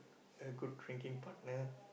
a good drinking partner